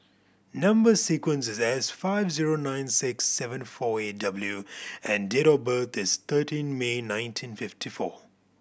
number sequence is S five zero nine six seven four eight W and date of birth is thirteen May nineteen fifty four